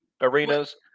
Arenas